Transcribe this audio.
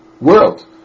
world